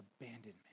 abandonment